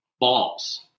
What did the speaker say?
balls